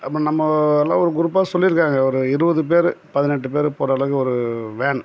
அப்போ நம்ம அளவு குறிப்பாக சொல்லியிருக்காங்க ஒரு இருபது பேரு பதினெட்டு பேர் போகிற அளவுக்கு ஒரு வேன்